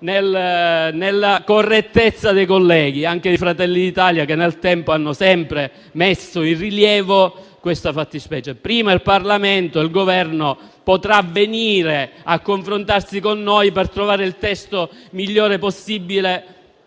nella correttezza dei colleghi, anche del Gruppo Fratelli d'Italia, che nel tempo hanno sempre messo in rilievo questa fattispecie: prima il Parlamento. Poi il Governo potrà venire a confrontarsi con noi per trovare il testo migliore possibile